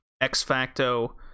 ex-facto